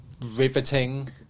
riveting